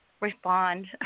respond